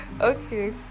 Okay